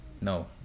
No